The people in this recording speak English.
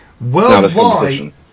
worldwide